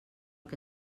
que